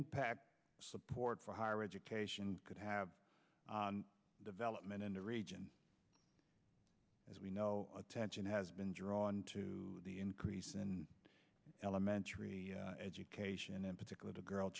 impact support for higher education could have development in the region as we know attention has been drawn to the increase in elementary education and in particular